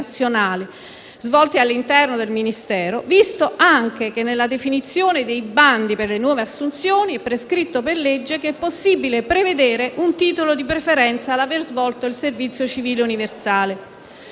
nazionale svolti all'interno del Ministero, visto anche che nella definizione dei bandi per le nuove assunzioni è prescritto per legge che è possibile prevedere come titolo di preferenza l'aver svolto il servizio civile universale.